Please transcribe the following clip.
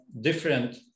different